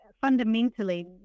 fundamentally